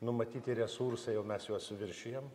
numatyti resursai jau mes juos viršijam